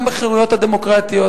גם בחירויות הדמוקרטיות,